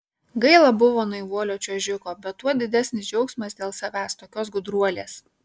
gaila buvo naivuolio čiuožiko bet tuo didesnis džiaugsmas dėl savęs tokios gudruolės